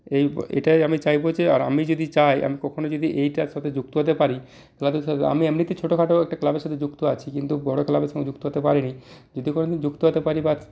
এই এটাই আমি চাইবো যে আর আমি যদি চাই আমি কখনও যদি এইটার সাথে যুক্ত হতে পারি খেলাধুলার সাথে আমি এমনিতে ছোটো খাটো একটা ক্লাবের সাথে যুক্ত আছি কিন্তু বড়ো ক্লাবের সঙ্গে যুক্ত হতে পারিনি যদি কোনোদিন যুক্ত হতে পারি বা